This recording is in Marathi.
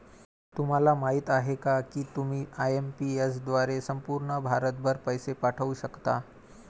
तुम्हाला माहिती आहे का की तुम्ही आय.एम.पी.एस द्वारे संपूर्ण भारतभर पैसे पाठवू शकता